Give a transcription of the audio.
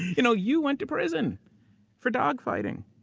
you know you went to prison for dog fighting,